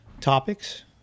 Topics